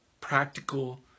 practical